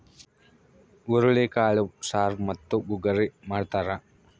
ಹುರುಳಿಕಾಳು ಸಾರು ಮತ್ತು ಗುಗ್ಗರಿ ಮಾಡ್ತಾರ